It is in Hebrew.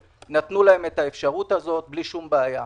נתנו להם את האפשרות הזאת בלי שום בעיה.